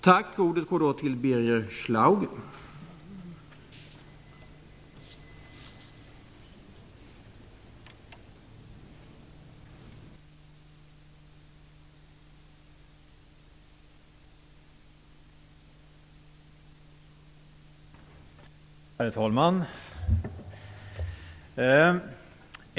Herr talman!